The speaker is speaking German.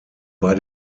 bei